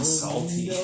salty